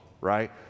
right